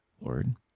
Lord